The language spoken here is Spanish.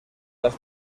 las